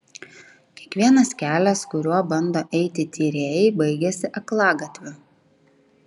kiekvienas kelias kuriuo bando eiti tyrėjai baigiasi aklagatviu